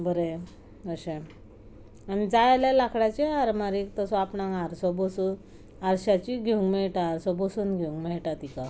बरें अशें आनी जाय जाल्यार लांकडाच्याय आरमारीक तसो आपणाक आरसो बसोवंक आरश्याची घेवंक मेळटा असो बसोवन घेवंक मेळटा तिका